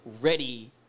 ready